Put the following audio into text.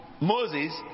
Moses